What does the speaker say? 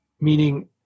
Meaning